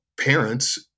parents